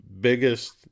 biggest